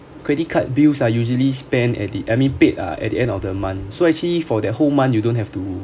credit card bills are usually spend at the I mean paid lah at the end of the month so actually for that whole month you don't have to